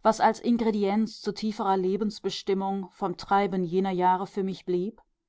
was als ingredienz zu tieferer lebensbestimmung vom treiben jener jahre für mich blieb